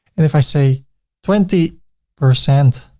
and if i say twenty percent,